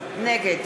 ביטן,